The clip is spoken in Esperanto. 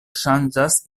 ŝanĝas